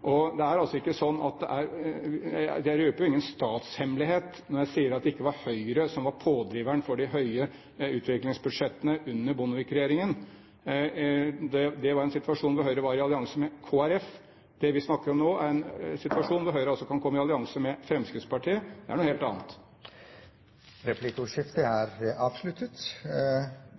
Det var en situasjon hvor Høyre var i allianse med Kristelig Folkeparti. Det vi snakker om nå, er en situasjon hvor Høyre kan komme i allianse med Fremskrittspartiet. Det er noe helt annet. De taler som